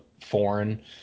foreign